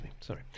sorry